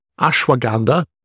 ashwagandha